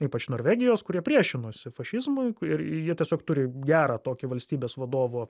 ypač norvegijos kurie priešinosi fašizmui ir jie tiesiog turi gerą tokį valstybės vadovo